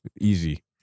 easy